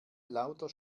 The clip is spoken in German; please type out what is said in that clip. lauter